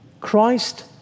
Christ